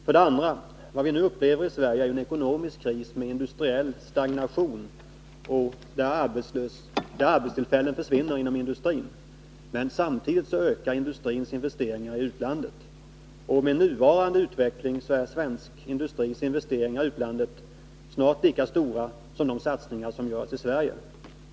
För det andra: Vad vi nu upplever i Sverige är en ekonomisk kris med industriell stagnation, där arbetstillfällen försvinner inom industrin. Men samtidigt ökar de svenska industriföretagens investeringar i utlandet. Med nuvarande utveckling är svensk industris investeringar utomlands snart lika stora som de satsningar som görs i Sverige.